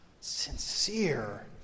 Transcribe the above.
sincere